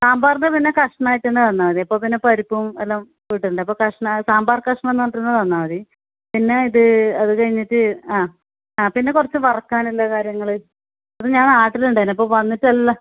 സാമ്പാറിൻ്റെ പിന്നെ കഷ്ണം ആയിട്ട് തന്നെ തന്നാൽ മതി അപ്പോൾ പിന്നെ പരിപ്പും എല്ലാം കൂട്ടണ്ടെ അപ്പോൾ കഷ്ണം സാമ്പാർ കഷ്ണം എന്ന് പറഞ്ഞിട്ട് തന്നെ തന്നാൽ മതി പിന്നെ ഇത് അത് കഴിഞ്ഞിട്ട് ആ ആ പിന്ന കുറച്ച് വറക്കാനുള്ള കാര്യങ്ങൾ അത് ഞാൻ നാട്ടിൽ ഉണ്ടായിന്ന് അപ്പോൾ വന്നിട്ട് എല്ലാ